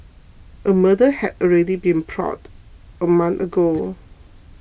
a murder had already been plotted a month ago